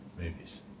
movies